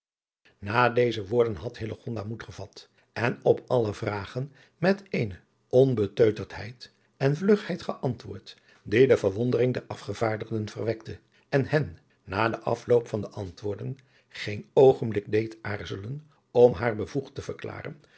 na deze woorden had hillegonda moed gevat en op alle vragen met eene onbeteuterdheid en vlugheid geantwoord die de verwondering der afgevaardigden verwekte en hen na den afloop van de antwoorden geen oogenblik deed aarzelen om haar bevoegd te verklaren